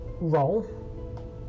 roll